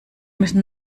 müssen